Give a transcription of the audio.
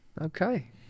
Okay